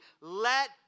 Let